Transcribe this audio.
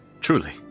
truly